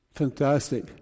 fantastic